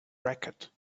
racket